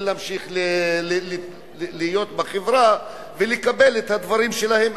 להמשיך להיות בחברה ולקבל את הדברים שלהם,